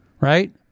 right